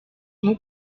nko